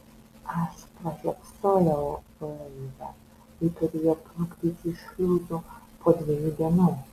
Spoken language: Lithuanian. aš pražiopsojau laivą jį turėjo plukdyti šliuzu po dviejų dienų